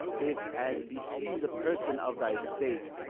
if, as beseems a person of thy state,